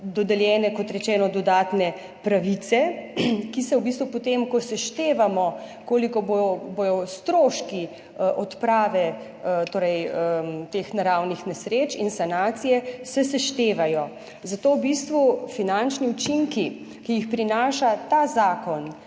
dodeljene, kot rečeno, dodatne pravice, ki se v bistvu potem, ko seštevamo, koliko bodo stroški odprave teh naravnih nesreč in sanacije, seštevajo. Zato v bistvu finančni učinki, ki jih prinaša ta zakon,